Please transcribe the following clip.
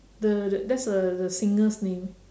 the the that's a the singer's name